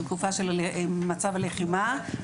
לתקופה של מצב לחימה,